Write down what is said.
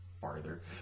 farther